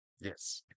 Yes